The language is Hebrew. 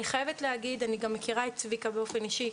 אני חייבת להגיד שאני מכירה את צביקה באופן אישי.